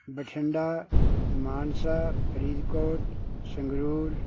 Bathinda Mansa Faridkot Sangrur